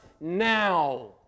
now